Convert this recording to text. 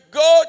go